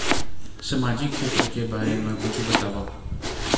सामाजिक क्षेत्र के बारे मा कुछु बतावव?